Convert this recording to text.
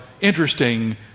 interesting